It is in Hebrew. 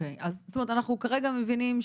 אז כרגע אנחנו מבינים,